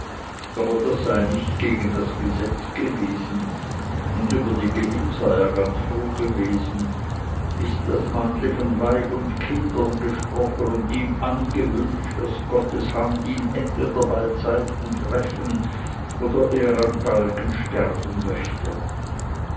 aber das sei nicht gegen das gesetz gewesen und über den gewinn sei er ganz froh gewesen bis das mannli von weib und kindern gesprochen und ihm angewünscht daß gottes hand ihn entweder beizeiten treffen oder er am galgen sterben möchte